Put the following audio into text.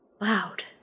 loud